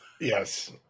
Yes